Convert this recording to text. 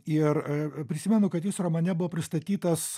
ir prisimenu kad jis romane buvo pristatytas